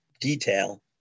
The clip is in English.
detail